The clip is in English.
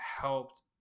helped